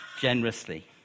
generously